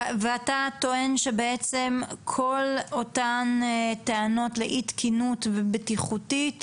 ואתה טוען שבעצם כל אותן טענות לאי תקינות ובטיחותית,